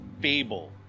Fable